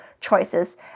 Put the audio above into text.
choices